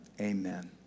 Amen